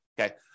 okay